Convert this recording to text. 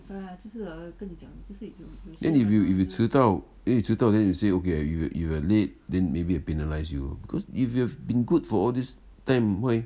then if you if you 迟到 then you 迟到 then you say okay you you are late then maybe will penalise you because if you have been good for all this time why